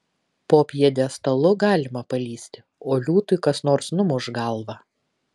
po pjedestalu galima palįsti o liūtui kas nors numuš galvą